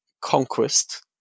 conquest